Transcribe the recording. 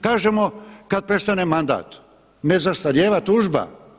Kažemo kad prestane mandat ne zastarijeva tužba.